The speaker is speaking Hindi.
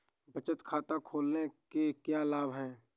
बचत खाता खोलने के क्या लाभ हैं?